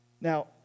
Now